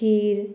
खीर